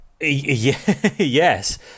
Yes